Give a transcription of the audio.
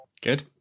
Good